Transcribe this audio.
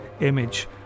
image